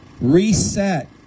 reset